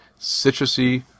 citrusy